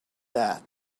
that